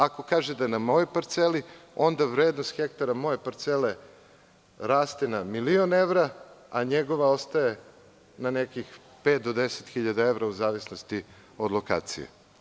Ako kaže da je na mojoj parceli, onda vrednost hektara moje parcele raste na milion evra, a njegova ostaje na nekih 5.000 do 10.000 evra, u zavisnosti od lokacije.